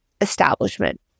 establishment